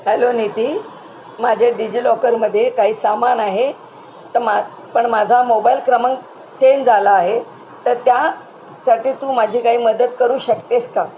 hello Niti माझ्या डिजी लॉकरमध्ये काही सामान आहे तर मा पण माझा मोबाईल क्रमांक चेंज झाला आहे तर त्यासाठी तू माझी काही मदत करू शकतेस का